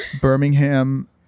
Birmingham